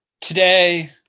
Today